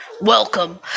welcome